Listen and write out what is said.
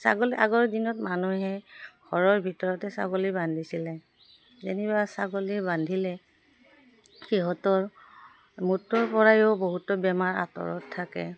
ছাগলী আগৰ দিনত মানুহে ঘৰৰ ভিতৰতে ছাগলী বান্ধিছিলে যেনিবা ছাগলী বান্ধিলে সিহঁতৰ মূত্ৰৰ পৰাইও বহুতো বেমাৰ আঁতৰত থাকে